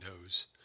knows